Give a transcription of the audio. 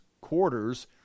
quarters